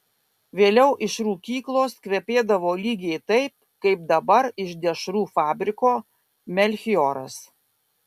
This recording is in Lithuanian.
vėliau iš rūkyklos kvepėdavo lygiai taip kaip dabar iš dešrų fabriko melchioras